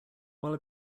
while